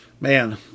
man